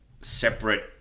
separate